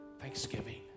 thanksgiving